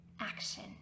action